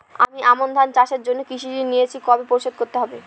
আমি আমন ধান চাষের জন্য কৃষি ঋণ নিয়েছি কবে পরিশোধ করতে হবে?